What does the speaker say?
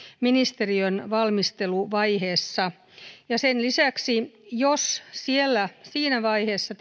ministeriön valmisteluvaiheessa sen lisäksi jos siellä siinä vaiheessa